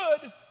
good